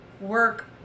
work